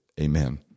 amen